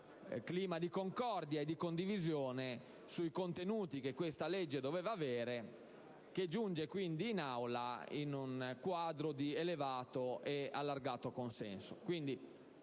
clima di concordia e di condivisione sui contenuti della normativa, che giunge quindi in Aula in un quadro di elevato e allargato consenso.